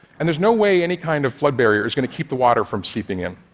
and there's no way any kind of flood barrier is going to keep the water from seeping in.